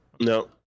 No